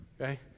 Okay